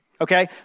Okay